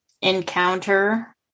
encounter